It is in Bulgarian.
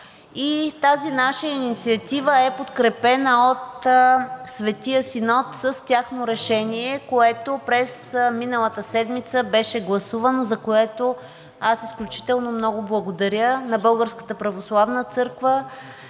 тази наша инициатива е подкрепена от Светия Синод с тяхно решение, което през миналата седмица беше гласувано. Аз изключително много благодаря на Българската православна църква